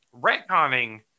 retconning